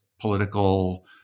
political